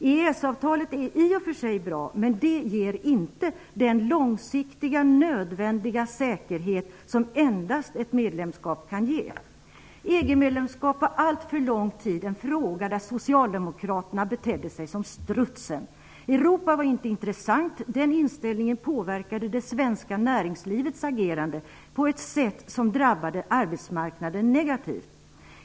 EES-avtalet är i och för sig bra, men det ger inte den långsiktiga nödvändiga säkerhet som endast ett medlemskap kan ge. EG-medlemskap var alltför lång tid en fråga där socialdemokraterna betedde sig som strutsen. Europa var inte intressant. Den inställningen påverkade det svenska näringslivets agerande på ett sätt som drabbade arbetsmarknaden negativt.